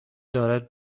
دارد